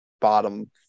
bottom